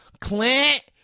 Clint